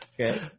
Okay